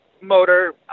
motor